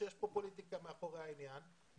עכשיו שיש כאן פוליטיקה מאחורי העניין.